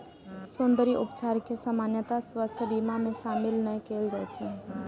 सौंद्रर्य उपचार कें सामान्यतः स्वास्थ्य बीमा मे शामिल नै कैल जाइ छै